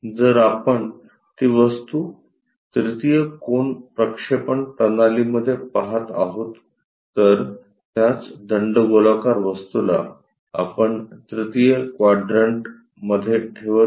जर आपण ती वस्तू तृतीय कोन प्रक्षेपण प्रणालीमध्ये पहात आहोत तर त्याच दंडगोलाकार वस्तूला आपण तृतीय क्वाड्रंट मध्ये ठेवत आहोत